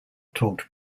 talked